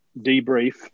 debrief